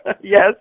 yes